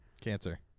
Cancer